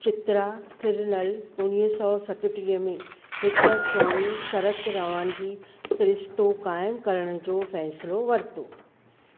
चित्रा थिरुन्नल उणिवीह सौ सतटीह में हिकु स्वामी सरक रवानगी सिरिश्तो क़ाइमु करण जो फ़ैसिलो वरितो